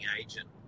agent